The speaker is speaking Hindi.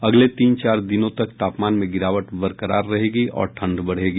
अगले तीन चार दिनों तक तापमान में गिरावट बरकरार रहेगी और ठंड बढ़ेगी